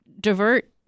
divert